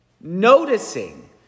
Noticing